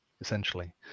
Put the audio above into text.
essentially